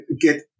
get